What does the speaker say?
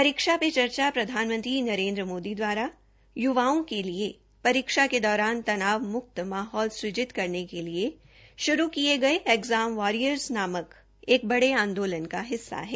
परीक्षा पे चर्चा प्रधानमंत्री नरेन्द्र मोदी द्वारा युवाओं को परीक्षा के दौरान तनाव मुक्त माहौल प्रदान करने के लिए शुरू किये गये एग्जैम वारियरर्स नामक एक बड़े आंदोलन का एक हिस्सा है